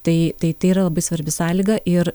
tai tai tai yra labai svarbi sąlyga ir